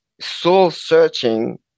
soul-searching